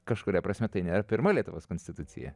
kažkuria prasme tai nėra pirma lietuvos konstitucija